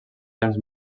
temps